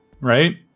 Right